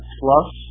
plus